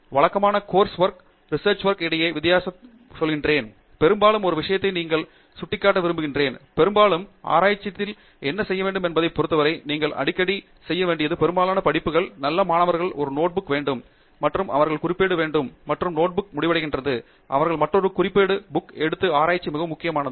வழக்கமான course work மற்றும் research வொர்க்களுக்கு இடையேயான வித்தியாசத்தைச் சொல்கிறேன் பெரும்பாலும் ஒரு விஷயத்தை நீங்கள் சுட்டிக்காட்ட விரும்புகிறேன் பெரும்பாலும் ஆராய்ச்சியில் என்ன செய்ய வேண்டும் என்பதைப் பொறுத்தவரை நீங்கள் அடிக்கடி செய்ய வேண்டியது பெரும்பாலான படிப்புகள் நல்ல மாணவர்கள் ஒரு நோட்புக் வேண்டும் மற்றும் அவர்கள் குறிப்பேடுகள் வேண்டும் மற்றும் நோட்புக் முடிவடைகிறது அவர்கள் மற்றொரு குறிப்பு புக் எடுத்து என்று ஆராய்ச்சி மிகவும் முக்கியமானது